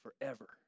forever